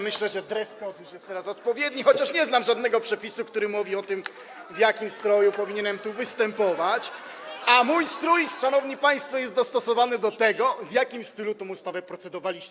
Myślę, że dress code jest teraz odpowiedni, chociaż nie znam żadnego przepisu, który mówi o tym, w jakim stroju powinienem tu występować, a mój strój, szanowni państwo, jest dostosowany [[Poruszenie na sali]] do tego, w jakim stylu tę ustawę procedowaliśmy.